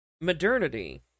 Modernity